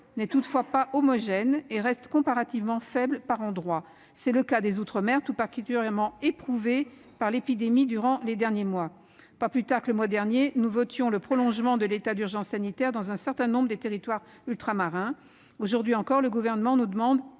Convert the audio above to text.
n'est toutefois pas homogène et reste comparativement faible par endroits. C'est le cas en outre-mer, dont les territoires ont été tout particulièrement éprouvés par l'épidémie durant les derniers mois. Pas plus tard que le mois dernier, nous votions le prolongement de l'état d'urgence sanitaire dans un certain nombre de territoires ultramarins. Aujourd'hui encore, le Gouvernement nous demande